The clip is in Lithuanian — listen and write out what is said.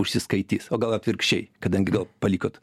užsiskaitys o gal atvirkščiai kadangi gal palikot